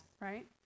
right